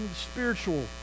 spiritual